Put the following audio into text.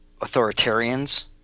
authoritarians